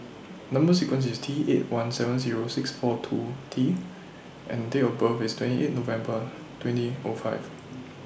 Number sequence IS T eight one seven Zero six four two T and Date of birth IS twenty eight November twenty O five